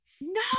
no